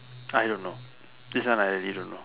I don't know this one I really don't know